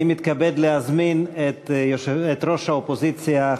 אני מתכבד להזמין את ראש האופוזיציה,